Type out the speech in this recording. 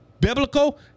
biblical